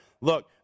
Look